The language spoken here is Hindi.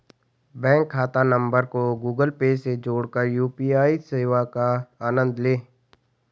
बैंक खाता नंबर को गूगल पे से जोड़कर यू.पी.आई सेवा का आनंद लें